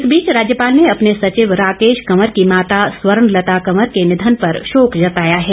इस बीच राज्यपाल ने अपने सचिव राकेश कंवर की माता स्वर्णलता कंवर के निधन पर शोक जताया है